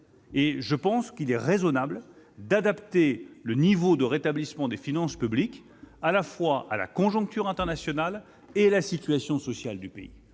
je pense qu'il est raisonnable d'adapter le rythme du rétablissement des finances publiques tant à la conjoncture internationale qu'à la situation sociale du pays.